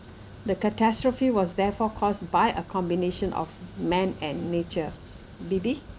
the catastrophe was therefore caused by a combination of man and nature debby